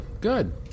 Good